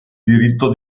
diritto